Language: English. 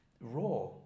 raw